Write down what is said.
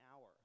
hour